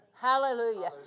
Hallelujah